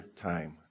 time